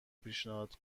پیشنهاد